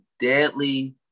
deadly